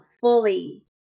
fully